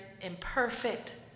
imperfect